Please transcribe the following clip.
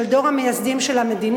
של דור המייסדים של המדינה.